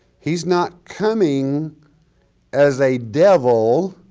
he's not coming as a devil